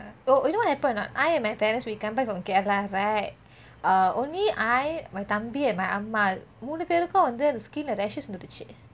oh you know what happen or not I and my parents we come back from kerala right uh only I my தம்பி:thambi and my அம்மா மூணு பேருக்கும் வந்து அந்த:amma moonu perukum vanthu antha skin rashes வந்துருச்சு:vanthuruchu